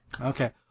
Okay